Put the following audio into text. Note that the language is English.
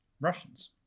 Russians